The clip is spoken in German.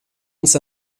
uns